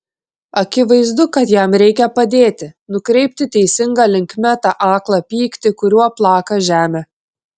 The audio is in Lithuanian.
akivaizdu kad jam reikia padėti nukreipti teisinga linkme tą aklą pyktį kuriuo plaka žemę